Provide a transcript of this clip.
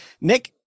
Nick